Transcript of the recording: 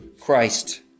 Christ